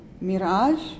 Mirage